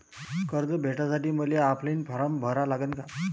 कर्ज भेटासाठी मले ऑफलाईन फारम भरा लागन का?